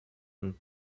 und